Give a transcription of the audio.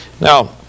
now